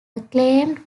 acclaimed